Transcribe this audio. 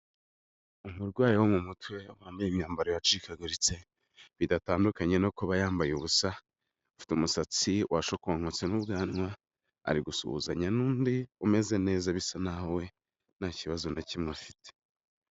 Umurwayi wo mu mutwe wambaye imyambaro yacikaguritse, bidatandukanye no kuba yambaye ubusa, ufite umusatsi washokohotse n'ubwanwa, ari gusuhuzanya n'undi umeze neza bisa n'aho we nta kibazo na kimwe afite.